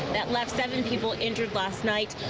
that left seven people injured last night.